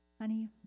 honey